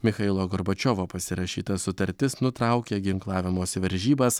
michailo gorbačiovo pasirašyta sutartis nutraukė ginklavimosi varžybas